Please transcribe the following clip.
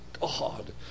God